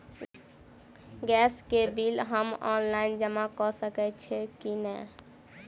Gas केँ bill हम online जमा कऽ सकैत छी की नै?